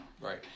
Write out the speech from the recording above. Right